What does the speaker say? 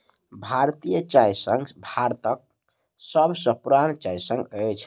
भारतीय चाय संघ भारतक सभ सॅ पुरान चाय संघ अछि